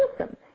awesome